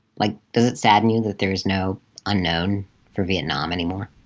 like, does it sadden you that there's no unknown for vietnam anymore?